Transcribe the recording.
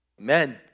Amen